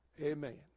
Amen